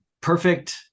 perfect